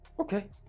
okay